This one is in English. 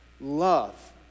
Love